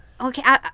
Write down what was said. Okay